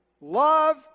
Love